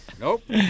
Nope